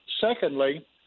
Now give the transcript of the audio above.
secondly